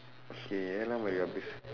okay ஏழாம் அறிவு அப்படி:eezhaam arivu appadi